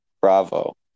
bravo